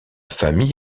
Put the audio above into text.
famille